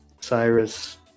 Cyrus